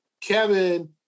Kevin